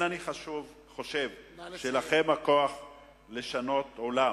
אין אני חושב שלכם הכוח לשנות עולם.